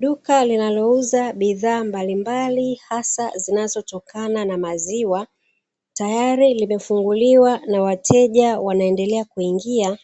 Duka linalo uza bidhaa mbalimbali hasa zinazo tokana na maziwa, Tayari limefunguliwa na wateja wanaendelea kuingia